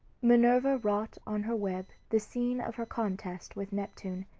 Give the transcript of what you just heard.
minerva wrought on her web the scene of her contest with neptune.